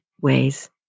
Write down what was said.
ways